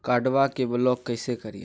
कार्डबा के ब्लॉक कैसे करिए?